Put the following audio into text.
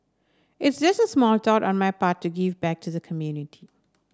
it's just a small thought on my part to give back to the community